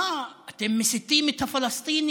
אה, אתם מסיתים את הפלסטינים.